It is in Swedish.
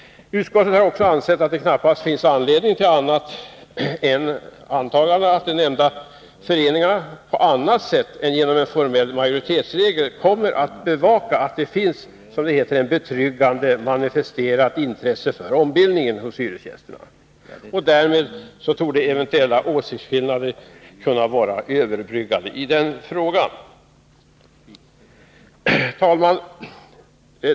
Utskottet har också ansett att det knappast finns anledning att anta annat än att de nämnda föreningarna, på annat sätt än genom en formell majoritetsregel, kommer att bevaka att det finns ett ”betryggande, manifesterat intresse för ombildningen” hos hyresgästerna. Därmed borde eventuella åsiktsskillnader kunna anses överbryggade. Herr talman!